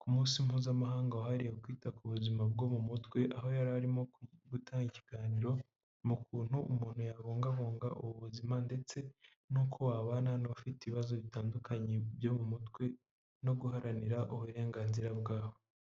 ku munsi mpuzamahanga wahariye kwita ku buzima bwo mu mutwe aho yari arimo gutanga ikiganiro mu kuntu umuntu yabungabunga ubu buzima ndetse n'uko wabana n'abafite ibibazo bitandukanye byo mu mutwe no guharanira uburenganzira bwabo.